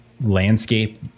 landscape